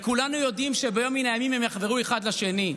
וכולנו יודעים שביום מן הימים הם יחברו אחד לשני.